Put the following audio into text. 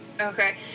Okay